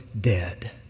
dead